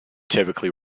typically